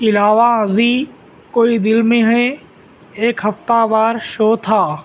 علاوہ ازی کوئی دل میں ہے ایک ہفتہ وار شو تھا